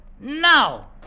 now